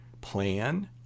plan